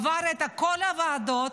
עבר את כל הוועדות,